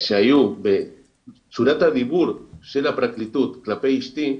שהיו וצורת הדיבור של הפרקליטות כלפי אשתי,